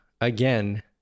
Again